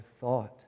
thought